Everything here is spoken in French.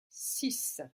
six